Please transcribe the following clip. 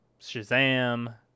Shazam